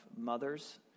mothers